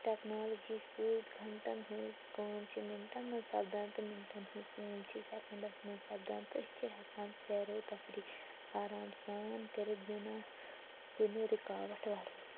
technology سۭتۍ گھنٛٹَن ہٕنٛز کٲم چھِ مِنٹَن منٛز سَپدان تہٕ مِنٹَن ہٕنٛز کٲم چھےٚ سٮ۪کَنٛڈَس منٛز سَپدان تہٕ أسی چھِ ہٮ۪کان سیرو تفریٖح آرام سان کٔرِتھ بِنا کُنہِ رُکاوَٹ وَرٲے